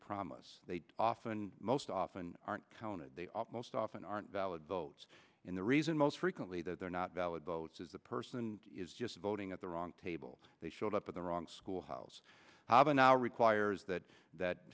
promise they often most often aren't counted most often aren't valid votes in the reason most frequently that they're not valid votes as the person is just voting at the wrong table they showed up at the wrong schoolhouse however now requires that that